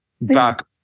back